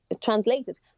translated